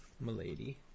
Milady